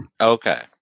Okay